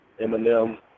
Eminem